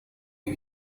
you